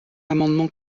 amendement